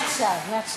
מעכשיו.